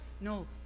No